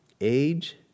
age